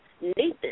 Nathan